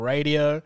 Radio